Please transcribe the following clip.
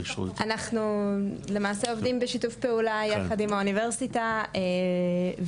אנחנו למעשה עובדים בשיתוף פעולה יחד עם האוניברסיטה ומשרד